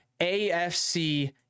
AFC